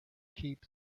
keep